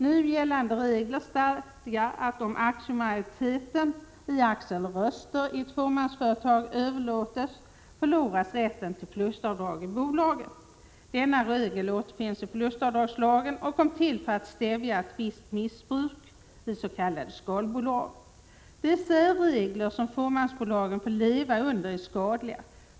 Nu gällande regler stadgar att om aktiemajoriteten i ett fåmansföretag överlåts förloras rätten till förlustavdrag i bolaget. Denna regel återfinns i förlustavdragslagen och kom till för att stävja ett visst missbruk i s.k. skalbolag. De särregler som fåmansbolagen får leva under är skadliga.